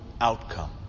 outcome